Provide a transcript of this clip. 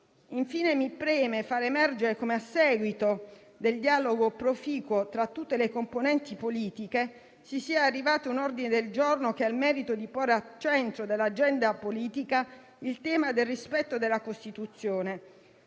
Infine, mi preme far emergere come, a seguito del dialogo proficuo tra tutte le componenti politiche, si sia arrivati a un ordine del giorno che ha il merito di porre al centro dell'agenda politica il tema del rispetto della Costituzione,